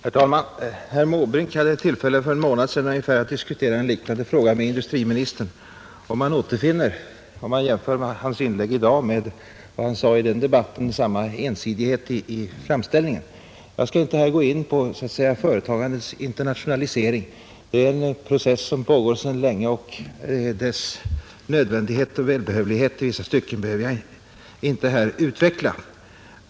Herr talman! Herr Måbrink hade för ungefär en månad sedan tillfälle att diskutera en liknande fråga med industriministern, och man återfinner, om man jämför hans inlägg i dag med vad han sade i den debatten, samma ensidighet i framställningen. Jag skall inte här gå in på företagandets internationalisering. Det är en process som pågår sedan länge, och dess nödvändighet och välbehövlighet i vissa stycken behöver jag inte här utveckla.